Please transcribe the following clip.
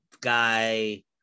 guy